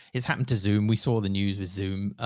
it's happened to zoom. we saw the news with zoom,